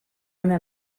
una